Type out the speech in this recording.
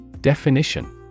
Definition